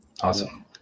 awesome